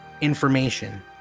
information